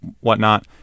whatnot